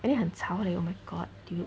因为很吵 eh oh my god dude